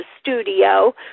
studio